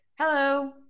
hello